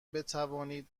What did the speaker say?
بتوانید